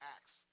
Acts